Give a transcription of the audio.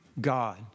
God